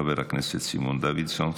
חבר הכנסת סימון דוידסון,